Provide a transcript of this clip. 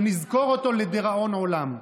שנזכור אותו לדיראון עולם.